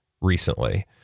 recently